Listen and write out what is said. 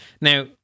Now